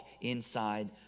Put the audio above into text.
inside